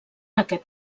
aquest